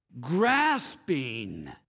grasping